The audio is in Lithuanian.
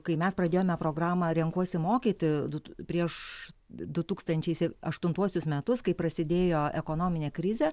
kai mes pradėjome programą renkuosi mokyti du prieš du tūkstančiai sep aštuntuosius metus kai prasidėjo ekonominė krizė